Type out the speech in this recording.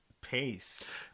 pace